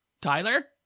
Tyler